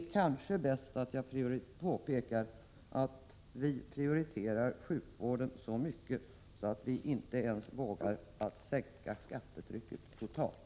Det kanske också är bäst att jag påpekar att vi prioriterar sjukvården så starkt att vi inte vågar lova att sänka skattetrycket totalt.